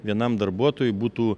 vienam darbuotojui būtų